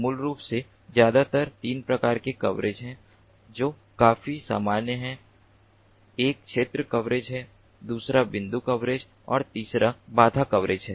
मूल रूप से ज्यादातर तीन प्रकार के कवरेज हैं जो काफी सामान्य हैं एक क्षेत्र कवरेज है दूसरा बिंदु कवरेज है और तीसरा बाधा कवरेज है